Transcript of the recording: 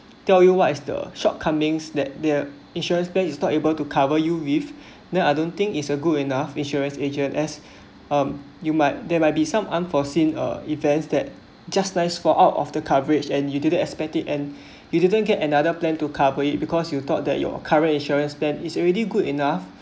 tell you what is the shortcomings that their insurance plan is not able to cover you with then I don't think it's a good enough insurance agent as um you might there might be some unforeseen events that just nice for out of the coverage and you didn't expect it and he didn't get another plan to cover it because you thought that your current insurance plan is already good enough